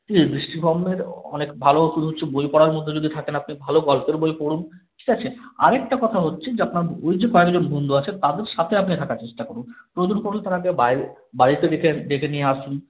ঠিক আছে দৃষ্টিভ্রমের অনেক ভালো ওষুধ হচ্ছে বই পড়ার মধ্যে যদি থাকেন আপনি ভালো গল্পের বই পড়ুন ঠিক আছে আরেকটা কথা হচ্ছে যে আপনার ওই যে কয়েকজন বন্ধু আছে তাদের সাথে আপনি থাকার চেষ্টা করুন প্রয়োজন পড়লে তাদেরকে বাইরে বাড়িতে ডেকে ডেকে নিয়ে আসুন